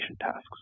tasks